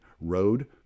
Road